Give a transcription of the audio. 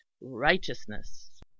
righteousness